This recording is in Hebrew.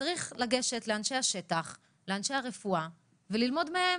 צריך לגשת לאנשי השטח, לאנשי הרפואה, וללמוד מהם.